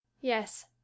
Yes